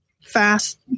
fast